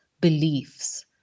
beliefs